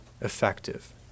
effective